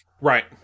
Right